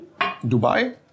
Dubai